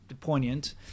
poignant